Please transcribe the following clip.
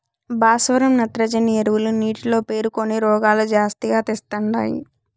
భాస్వరం నత్రజని ఎరువులు నీటిలో పేరుకొని రోగాలు జాస్తిగా తెస్తండాయి